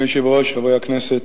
אדוני היושב-ראש, חברי הכנסת,